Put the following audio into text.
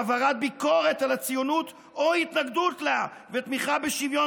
העברת ביקורת על הציונות או התנגדות לה ותמיכה בשוויון